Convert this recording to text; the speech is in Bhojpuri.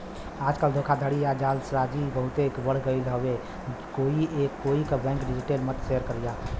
आजकल धोखाधड़ी या जालसाजी बहुते बढ़ गयल हउवे कोई क बैंक डिटेल मत शेयर करिहा